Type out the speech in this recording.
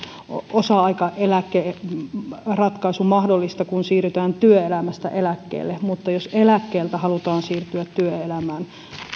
osa aikaeläkeratkaisu mahdollinen kun siirrytään työelämästä eläkkeelle mutta jos eläkkeeltä halutaan siirtyä työelämään